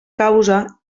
causa